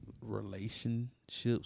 relationships